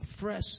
fresh